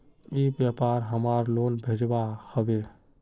ई व्यापार हमार लोन भेजुआ हभे?